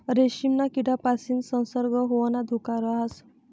रेशीमना किडापासीन संसर्ग होवाना धोका राहस